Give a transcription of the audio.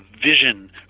vision